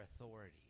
authority